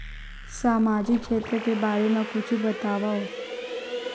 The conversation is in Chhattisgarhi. सामजिक क्षेत्र के बारे मा कुछु बतावव?